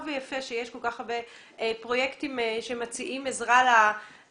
ויפה שיש כל כך הרבה פרויקטים שמציעים עזרה לתעשייה,